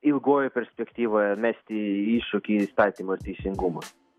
ilgojoj perspektyvoje mesti iššūkį įstatymui ir teisingumui